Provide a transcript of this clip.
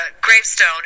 gravestone